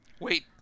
Wait